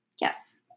Yes